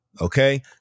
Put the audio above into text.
Okay